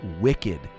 wicked